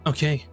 Okay